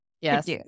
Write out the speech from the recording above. Yes